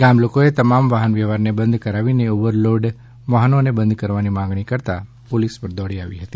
ગામ લોકોએ તમામ વાહન વ્યવહારને બંધ કરાવીને ઓવરલોડ વાહનોને બંધ કરવાની માગણી કરતાં પોલીસ દોડી આવી હતી